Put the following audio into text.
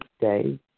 day